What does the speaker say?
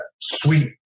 sweet